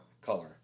color